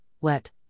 wet